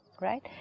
right